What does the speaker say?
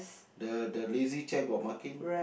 the the lazy chair got marking